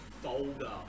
folder